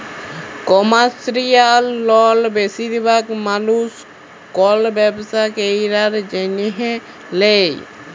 commercial লল বেশিরভাগ মালুস কল ব্যবসা ক্যরার জ্যনহে লেয়